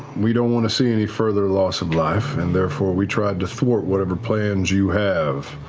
we don't want to see any further loss of life, and therefore we tried to thwart whatever plans you have.